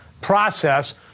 process